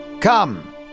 come